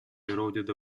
eroded